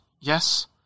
yes